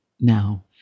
now